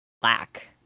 black